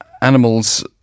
animals